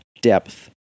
depth